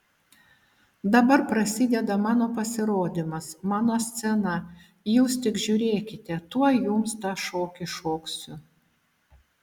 dabar prasideda mano pasirodymas mano scena jūs tik žiūrėkite tuoj jums tą šokį šoksiu